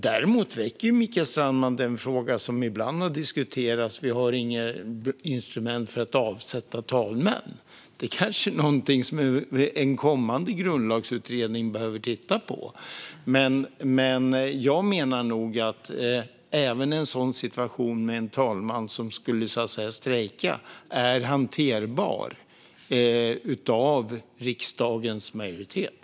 Däremot väcker Mikael Strandman den fråga som ibland har diskuterats, nämligen att vi inte har något instrument för att avsätta talmän. Det är kanske något som en kommande grundlagsutredning behöver titta på. Men enligt mig är även en situation med en talman som strejkar hanterbar för riksdagens majoritet.